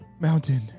mountain